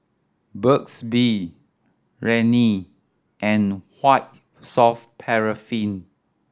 Burt's Bee Rene and White Soft Paraffin